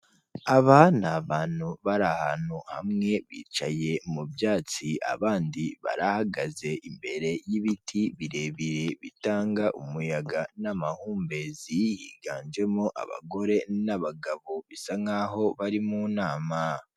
Abana ni abantu, bari ahantu hamwe, bicaye mu byatsi abandi barahagaze, imbere y'ibiti birebire, bitanga umuyaga n'amahumbezi, yhganjemo abagore n'abagabo, bisa nkaho bari mu nama.